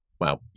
Wow